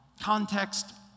context